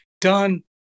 done